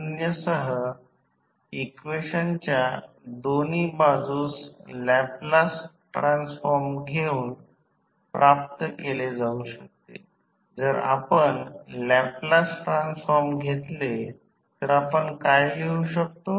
तर हे एक ऑटोट्रान्सफॉर्मर आहे म्हणूनच आम्ही टू वाइंडिंग ट्रान्सफॉर्मर VA करू शकतो जर VA 2 winding transformer V1 V2 I1आला तर आम्ही हे लिहू शकतो